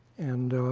and